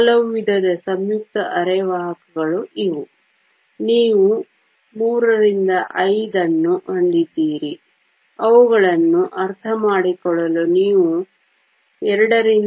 ಹಲವು ವಿಧದ ಸಂಯುಕ್ತ ಅರೆವಾಹಕಗಳು ಇವೆ ನೀವು III V ಅನ್ನು ಹೊಂದಿದ್ದೀರಿ ಅವುಗಳನ್ನು ಅರ್ಥಮಾಡಿಕೊಳ್ಳಲು ನೀವು II VI